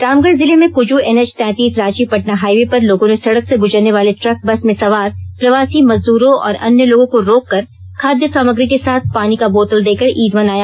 रामगढ़ जिले में कुजू एनएच तैंतीस रांची पटना हाइवे पर लोगों ने सड़क से गुजरने वाले ट्रक बस में सवार प्रवासी मजदूरों और अन्य लोगों को रोककर खाद्य सामग्री के साथ पानी का बोतल देकर ईद मनाया